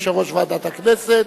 יושב-ראש ועדת הכנסת.